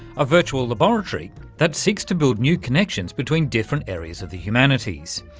a virtual laboratory that seeks to build new connections between different areas of the humanities.